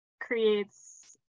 creates